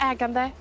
Ägande